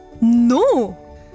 No